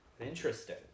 Interesting